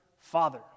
Father